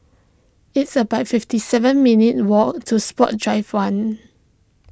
it's about fifty seven minutes' walk to Sports Drive one